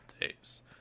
days